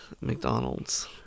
mcdonald's